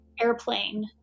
airplane